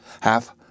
half